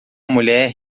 mulher